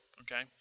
okay